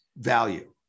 value